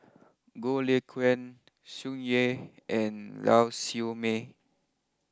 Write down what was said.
Goh Lay Kuan Tsung Yeh and Lau Siew Mei